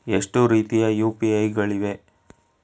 ಎಷ್ಟು ರೀತಿಯ ಯು.ಪಿ.ಐ ಗಳಿವೆ?